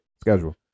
schedule